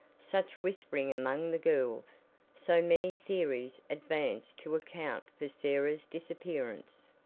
such whispering among the girls so many theories advanced to account for sarah's disappearance.